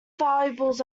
valuables